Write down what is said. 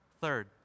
Third